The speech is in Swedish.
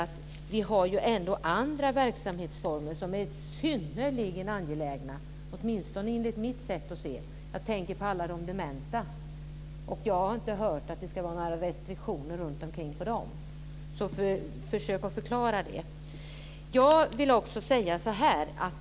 Det finns även andra verksamhetsformer som är synnerligen angelägna, åtminstone enligt mitt sätt att se. Jag tänker på vården av de dementa. Jag har inte hört att det ska finnas några restriktioner kring den verksamheten. Försök att förklara det!